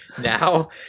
now